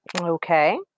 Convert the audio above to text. Okay